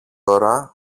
ώρα